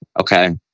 okay